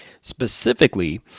specifically